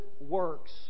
works